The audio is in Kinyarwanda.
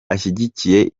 ashyigikiye